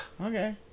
Okay